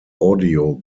audio